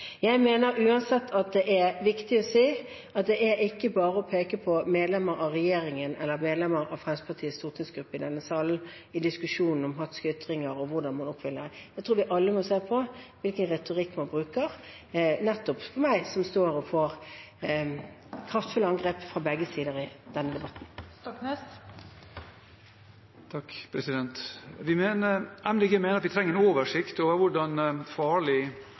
Jeg mener uansett at det er viktig å si at det ikke bare er å peke på medlemmer av regjeringen eller medlemmer av Fremskrittspartiets stortingsgruppe i denne salen i diskusjonen om hatske ytringer og hvordan man oppfører seg. Jeg tror vi alle må se på hvilken retorikk vi bruker. Jeg står overfor kraftfulle angrep fra begge sider i denne debatten. Det blir oppfølgingsspørsmål – først Per Espen Stoknes. Miljøpartiet De Grønne mener at vi trenger en oversikt over hvordan